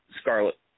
Scarlet